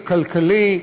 הכלכלי,